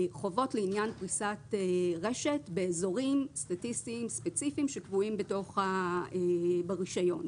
חובות לעניין פריסת רשת באזורים ספציפיים שקבועים ברישיון.